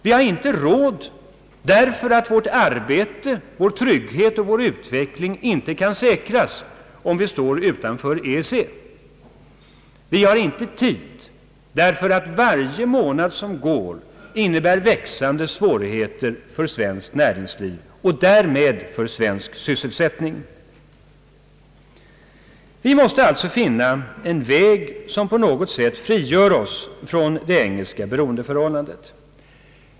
Vi har inte råd därför att vårt arbete, vår trygghet och vår utveckling inte kan säkras om vi står utanför EEC. Vi har inte tid därför att varje månad som går innebär växande svårigheter för svenskt näringsliv och därmed för svensk sysselsättning. Vi måste alltså finna en väg som på något sätt frigör oss från det engelska beroendeförhållandet.